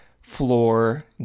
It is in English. floor